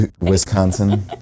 Wisconsin